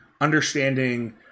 understanding